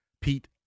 Pete